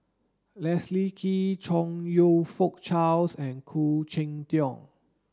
Leslie Kee Chong You Fook Charles and Khoo Cheng Tiong